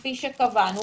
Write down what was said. כפי שקבענו,